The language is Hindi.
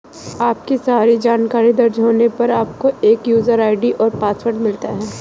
आपकी सारी जानकारी दर्ज होने पर, आपको एक यूजर आई.डी और पासवर्ड मिलता है